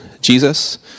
Jesus